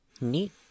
Neat